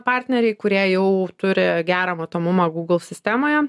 partneriai kurie jau turi gerą matomumą google sistemoje